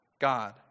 God